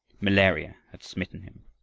malaria had smitten him.